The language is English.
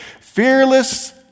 Fearless